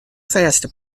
fêste